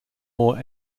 more